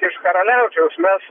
iš karaliaučiaus mes